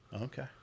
Okay